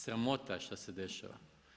Sramota je šta se dešava!